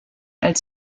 als